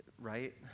right